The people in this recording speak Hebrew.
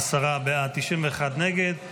עשרה בעד, 91 נגד.